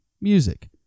music